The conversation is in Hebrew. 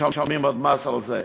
משלמים עוד מס על זה.